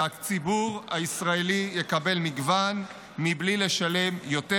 והציבור הישראלי יקבל מגוון מבלי לשלם יותר.